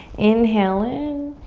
inhale in.